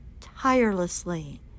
tirelessly